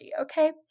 okay